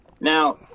Now